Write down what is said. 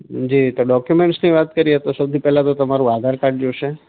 જે ત ડોક્યુમેન્ટ્સની વાત કરીએ તો સૌથી પહેલાં તો તમારું આધાર કાર્ડ જોઇશે